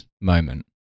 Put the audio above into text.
moment